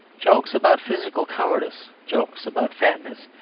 jokes about physical cowardice, jokes about fatness,